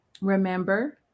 remember